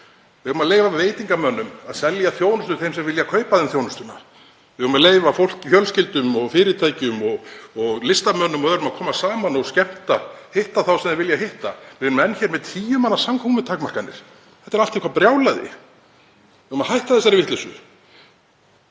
Við eigum að leyfa veitingamönnum að selja þjónustu þeim sem vilja kaupa af þeim þjónustuna. Við eigum að leyfa fólki, fjölskyldum og fyrirtækjum og listamönnum og öðrum að koma saman og skemmta, hitta þá sem þau vilja hitta. Við erum enn með tíu manna samkomutakmarkanir. Þetta er allt eitthvert brjálæði. Við eigum að hætta þessari vitleysu.